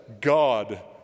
God